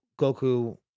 goku